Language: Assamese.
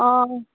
অঁ